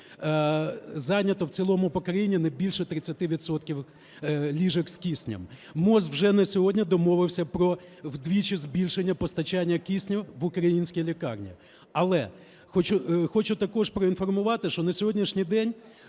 зайнято в цілому по країні не більше 30 відсотків ліжок з киснем. МОЗ вже на сьогодні домовився про вдвічі збільшення постачання кисню в українські лікарні. Але хочу також проінформувати, що на сьогоднішній день